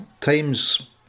times